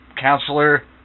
counselor